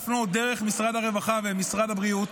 להפנות דרך משרד הרווחה ומשרד הבריאות.